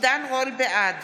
בעד